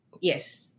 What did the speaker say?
Yes